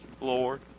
Lord